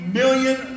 million